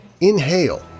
Inhale